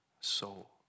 soul